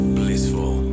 blissful